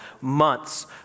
months